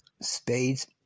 spades